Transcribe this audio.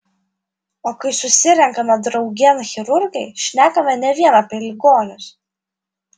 o kai susirenkame draugėn chirurgai šnekame ne vien apie ligonius